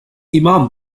imam